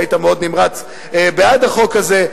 היית מאוד נמרץ בעד החוק הזה.